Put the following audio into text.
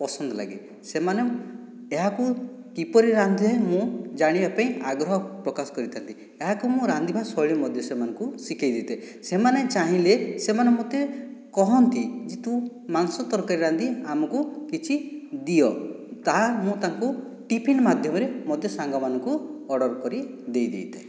ପସନ୍ଦ ଲାଗେ ସେମାନେ ଏହାକୁ କିପରି ରାନ୍ଧେ ମୁଁ ଜାଣିବା ପାଇଁ ଆଗ୍ରହ ପ୍ରକାଶ କରିଥା'ନ୍ତି ଏହାକୁ ମୁଁ ରାନ୍ଧିବା ଶୈଳୀ ମଧ୍ୟ ସେମାନଙ୍କୁ ଶିଖାଇ ଦେଇଥାଏ ସେମାନେ ଚାହିଁଲେ ସେମାନେ ମୋତେ କୁହନ୍ତି ଯେ ତୁ ମାଂସ ତରକାରୀ ରାନ୍ଧି ଆମକୁ କିଛି ଦିଅ ତାହା ମୁଁ ତାଙ୍କୁ ଟିଫିନ ମାଧ୍ୟମରେ ମୋତେ ସାଙ୍ଗମାନଙ୍କୁ ଅର୍ଡ଼ର କରି ଦେଇ ଦେଇଥାଏ